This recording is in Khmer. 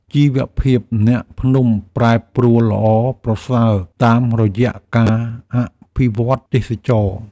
ជីវភាពអ្នកភ្នំប្រែប្រួលល្អប្រសើរតាមរយៈការអភិវឌ្ឍទេសចរណ៍។